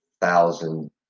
Thousand